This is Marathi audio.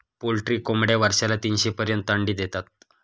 पोल्ट्री कोंबड्या वर्षाला तीनशे पर्यंत अंडी देतात